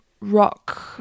rock